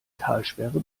talsperre